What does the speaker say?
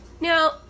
Now